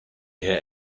here